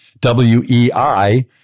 W-E-I